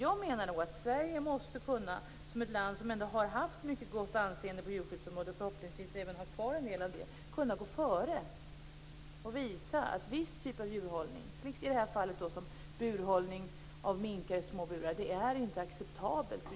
Jag menar att Sverige, som är ett land som ändå har haft mycket gott anseende på djurskyddsområdet och förhoppningsvis har kvar en del av det, måste kunna gå före och visa att en viss typ av djurhållning inte är acceptabel ur djurskyddssynpunkt. I det här fallet gäller det hållning av minkar i små burar.